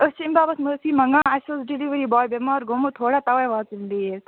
أسۍ چھِ امہِ باپتھ مٲفی منٛگان اَسہِ اوس ڈِیٚلؤری باے بیمار گوٚمُت تھوڑا تَوے واژٕ یِم لیٹ